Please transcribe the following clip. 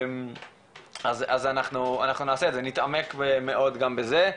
אז אנחנו נעשה את זה, נתעמק מאוד גם בזה,